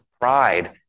pride